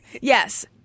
yes